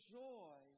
joy